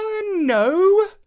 No